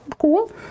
Cool